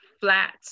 flat